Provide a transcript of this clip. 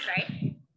right